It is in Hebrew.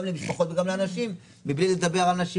גם למשפחות וגם לאנשים מבלי לדבר על נשים